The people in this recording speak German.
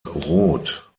rot